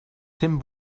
tim